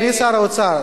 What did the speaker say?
אדוני שר האוצר,